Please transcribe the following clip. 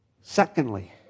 Secondly